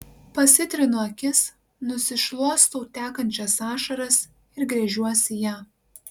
pasitrinu akis nusišluostau tekančias ašaras ir gręžiuosi į ją